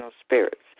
spirits